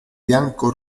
bianco